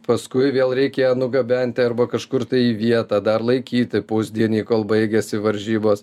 paskui vėl reikia ją nugabenti arba kažkur tai vietą dar laikyti pusdienį kol baigėsi varžybos